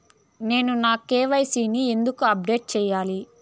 నేను నా కె.వై.సి ని ఎందుకు అప్డేట్ చెయ్యాలి?